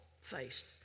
faced